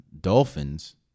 Dolphins